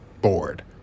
bored